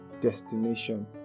destination